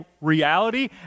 reality